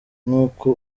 nkuko